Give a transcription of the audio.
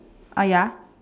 ah ya